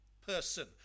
person